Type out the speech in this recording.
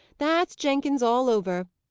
that's jenkins all over.